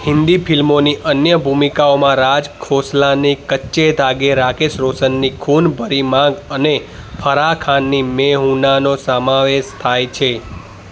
હિન્દી ફિલ્મોની અન્ય ભૂમિકાઓમાં રાજ ખોસલાની કચ્ચે ધાગે રાકેશ રોશનની ખૂન ભરી માંગ અને ફરાહ ખાનની મૈં હૂં નાનો સમાવેશ થાય છે